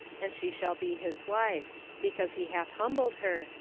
and she shall be his wife because he hath humbled her,